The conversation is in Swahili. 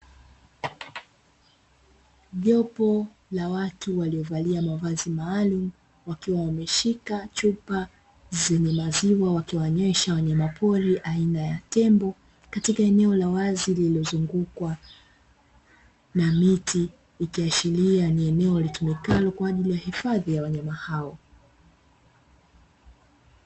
Jopo la watu waliovalia mavazi maalum wakiwa wameshika chupa zenye maziwa wakiwanywesha wanyamapori aina ya tembo, katika eneo la wazi lililozungukwa na miti, likiashiria ni eneo litumikalo kwa ajili ya hifadhi ya wanyama hao.